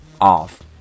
off